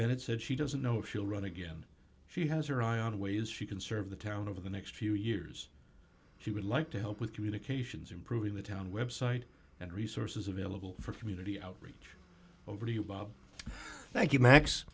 bennett said she doesn't know she'll run again she has her eye on ways she can serve the town over the next few years she would like to help with communications improving the town website and resources available for community outreach over to you bob thank you max